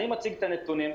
אני מציג את הנתונים,